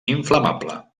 inflamable